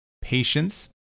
Patience